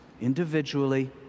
individually